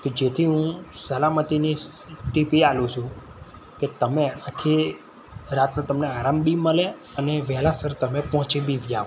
કે જેથી હું સલામતીની ટીપી આપું છું કે તમે આખી રાત તમને આરામ બી મળે અને વહેલાસર તમે પહોંચી બી જાઓ